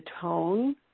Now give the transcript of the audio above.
tone